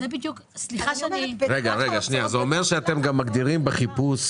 זה אומר שאתם גם מגדירים בחיפוש,